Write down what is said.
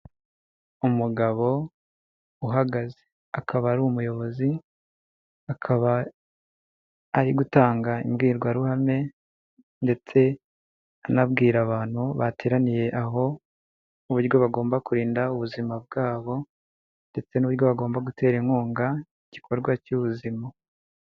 Umugabo uhagaze, akaba ari umuyobozi, akaba ari gutanga imbwirwaruhame ndetse anabwira abantu bateraniye aho uburyo bagomba kurinda ubuzima bwabo ndetse n'uburyo bagomba gutera inkunga igikorwa cy'ubuzima.